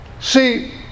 See